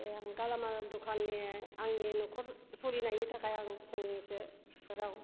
ए आं गालामाल दखाननि आंनि नखर सलिनायनि थाखाय आं फंनैसो राव